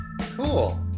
cool